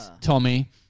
Tommy